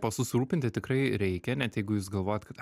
o susirūpinti tikrai reikia net jeigu jūs galvojat kad